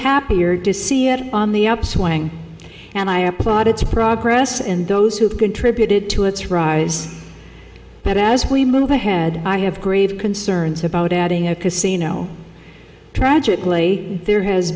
happier to see it on the upswing and i applaud its progress and those who contributed to its rise but as we move ahead i have grave concerns about adding a casino tragically there has